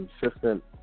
consistent